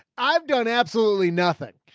i've done absolutely nothing.